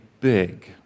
big